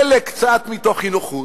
חלק קצת מתוך אי-נוחות,